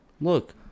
Look